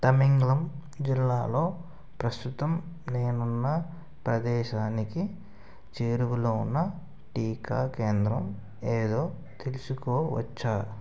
తమెంగ్లాంగ్ జిల్లాలో ప్రస్తుతం నేనున్న ప్రదేశానికి చేరువలోనున్న టీకా కేంద్రం ఏదో తెలుసుకోవచ్చా